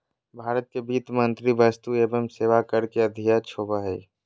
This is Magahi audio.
भारत के वित्त मंत्री वस्तु एवं सेवा कर के अध्यक्ष होबो हइ